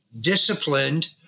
disciplined